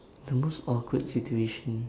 the most awkward situation